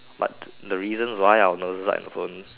what the reasons why our noses are in phone